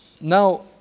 Now